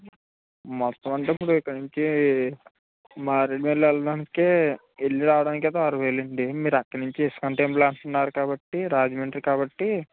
మొత్తం అంటే ఇప్పుడు ఇక్కడి నుంచి మారేడుమిల్లి వెళ్ళటానికి వెళ్లి రావడానికి అయితే ఆరువేలు అండి మీరు అక్కడి నుంచి ఇస్కాన్ టెంపుల్ అంటున్నారు కాబట్టి రాజమండ్రి కాబట్టి